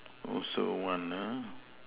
also one uh